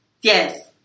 yes